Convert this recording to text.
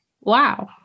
Wow